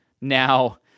now